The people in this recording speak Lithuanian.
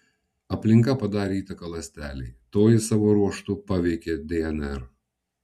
aplinka padarė įtaką ląstelei toji savo ruožtu paveikė dnr